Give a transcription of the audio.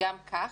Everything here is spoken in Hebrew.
כך.